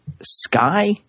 Sky